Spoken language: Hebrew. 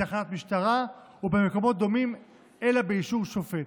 בתחנת משטרה או במקומות דומים אלא באישור שופט.